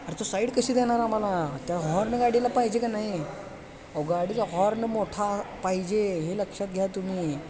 अरे तो साईड कशी देणार आम्हाला त्या हॉर्न गाडीला पाहिजे का नाही अहो गाडीला हॉर्न मोठा पाहिजे हे लक्षात घ्या तुम्ही